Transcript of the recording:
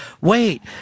wait